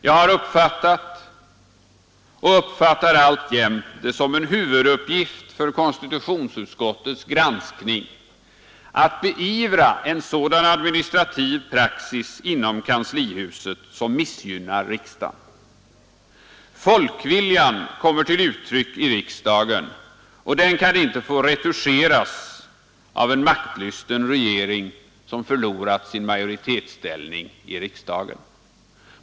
Jag har uppfattat och uppfattar det alltjämt som en huvuduppgift för konstitutionsutskottet att vid sin granskning beivra en sådan administrativ praxis inom kanslihuset som missgynnar riksdagen. Folkviljan kommer till uttryck i riksdagen, och den kan inte få retuscheras av en maktlysten regering, som förlorat sin majoritetsställning i riksdagen.